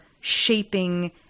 shaping